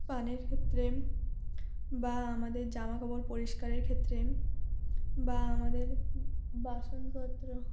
পানের ক্ষেত্রে বা আমাদের জামা কাপড় পরিষ্কারের ক্ষেত্রে বা আমাদের বাসনপত্র